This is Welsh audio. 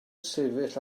sefyll